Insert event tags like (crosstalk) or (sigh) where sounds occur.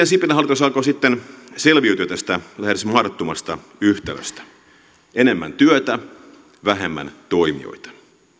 (unintelligible) sipilän hallitus aikoo sitten selviytyä tästä lähes mahdottomasta yhtälöstä enemmän työtä vähemmän toimijoita